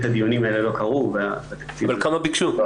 הדיונים האלה לא קרו ו --- כמה ביקשו?